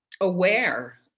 Aware